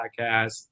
podcast